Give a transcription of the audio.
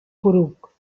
poruc